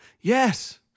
Yes